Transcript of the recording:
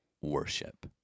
worship